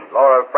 Laura